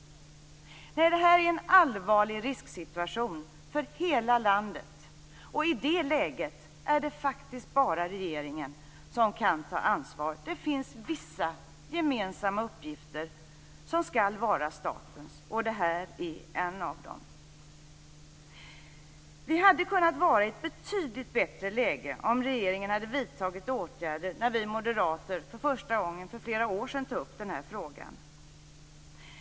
Nej, det här är en allvarlig risksituation för hela landet. I det läget är det faktiskt bara regeringen som kan ta ansvar. Det finns vissa gemensamma uppgifter som skall vara statens. Det här är en av dem. Vi hade kunnat vara i ett betydligt bättre läge om regeringen hade vidtagit åtgärder när vi moderater för första gången för flera år sedan tog upp frågan.